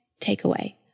takeaway